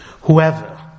Whoever